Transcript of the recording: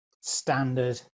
standard